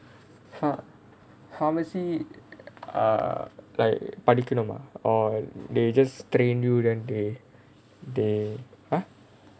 !huh! pharmacy ah like படிக்கணுமா:padikanumaa or they just train you then they they !huh!